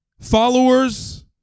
Followers